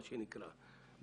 מה שנקרא,